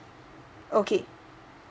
okay